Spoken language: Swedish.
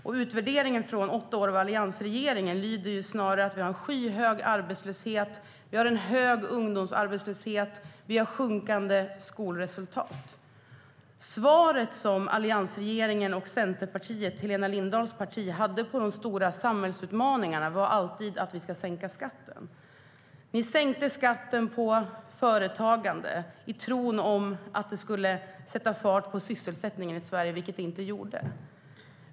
Och utvärderingen av åtta år med alliansregeringen är att vi har en skyhög arbetslöshet, en hög ungdomsarbetslöshet och sjunkande skolresultat. Svaret som alliansregeringen och Centerpartiet, Helena Lindahls parti, hade på de stora samhällsutmaningarna var alltid att de skulle sänka skatten. Ni sänkte skatten på företagande i tron att det skulle sätta fart på sysselsättningen i Sverige, vilket det inte gjorde.